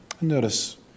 Notice